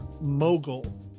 Mogul